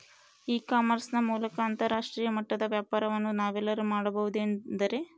E commerce ನ ಮೂಲಕ ಅಂತರಾಷ್ಟ್ರೇಯ ಮಟ್ಟದ ವ್ಯಾಪಾರವನ್ನು ನಾವೆಲ್ಲರೂ ಮಾಡುವುದೆಂದರೆ?